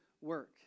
work